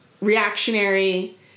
reactionary